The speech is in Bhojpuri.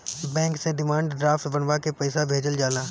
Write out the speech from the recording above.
बैंक से डिमांड ड्राफ्ट बनवा के पईसा भेजल जाला